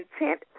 intent